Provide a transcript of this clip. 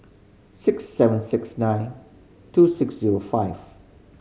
six seven six nine two six zero five